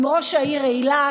עם ראש העיר אילת.